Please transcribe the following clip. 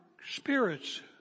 spirits